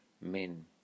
men